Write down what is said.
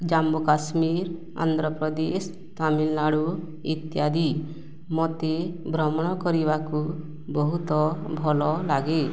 ଜାମ୍ମୁ କାଶ୍ମୀର ଆନ୍ଧ୍ରପ୍ରଦେଶ ତାମିଲନାଡ଼ୁ ଇତ୍ୟାଦି ମୋତେ ଭ୍ରମଣ କରିବାକୁ ବହୁତ ଭଲଲାଗେ